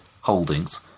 Holdings